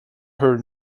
her